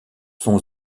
son